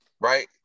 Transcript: Right